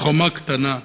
חומה קטנה,